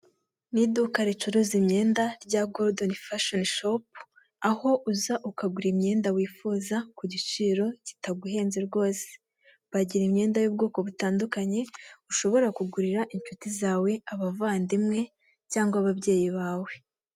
Ni iduka ricuruza imyenda rya gorudoni fashoni shopu, aho uza ukagura imyenda wifuza ku giciro kitaguhenze rwose. Bagira imyenda y'ubwoko butandukanye ushobora kugurira inshuti zawe, abavandimwe cyangwa ababyeyi bawe.